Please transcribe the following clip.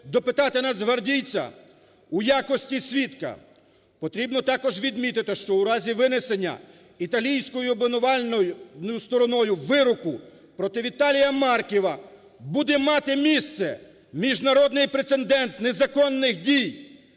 допитати нацгвардійця у якості свідка. Потрібно також відмітити, що у разі винесення італійською обвинувальною стороною вироку проти Віталія Марківа буде мати місце міжнародний прецедент незаконних дій